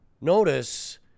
Notice